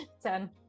ten